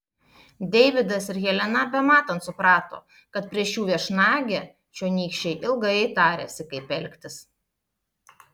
deividas ir helena bematant suprato kad prieš jų viešnagę čionykščiai ilgai tarėsi kaip elgtis